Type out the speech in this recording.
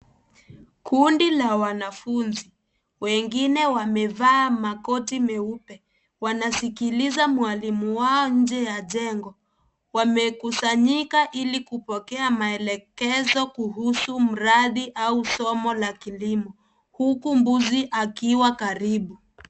Kundi la wanafunzi wengine wamevaa makoti meupe wanasikiliza mwalimu wao nje ya jengo wamekusanyika ilikupokea maelekezo kuhusu mradi au somo la kilimo huku mbuzi akiwa karibu.